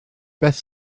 beth